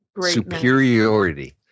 superiority